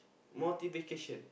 motivation